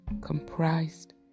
comprised